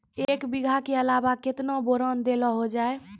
एक बीघा के अलावा केतना बोरान देलो हो जाए?